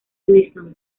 gleason